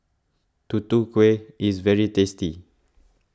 Tutu Kueh is very tasty